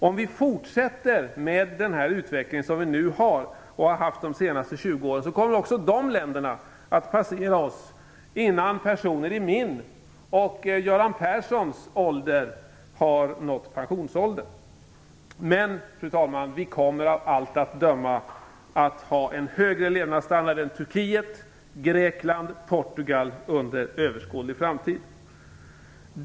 Om vi fortsätter med den utveckling som vi har haft under de senaste 20 åren kommer också dessa länder att passera oss innan personer i min och Göran Perssons ålder har nått pensionsåldern. Men, fru talman, vi kommer av allt att döma att ha en högre levnadsstandard än Turkiet, Grekland och Portugal under en överskådlig framtid.